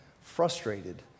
frustrated